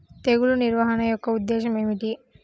తెగులు నిర్వహణ యొక్క ఉద్దేశం ఏమిటి?